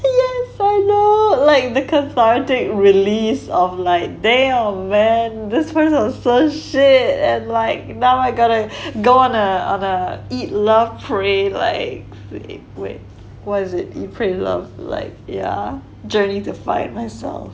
follow like the consolidate release of like damn man this person is so shit and like now I gotta go on a on a eat love pray like wait what is it eat pray love like yeah journey to find myself